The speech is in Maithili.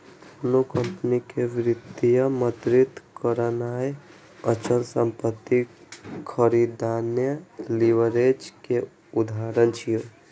कोनो कंपनी कें वित्तीय मदति करनाय, अचल संपत्ति खरीदनाय लीवरेज के उदाहरण छियै